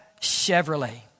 Chevrolet